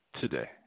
Today